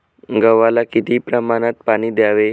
गव्हाला किती प्रमाणात पाणी द्यावे?